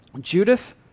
Judith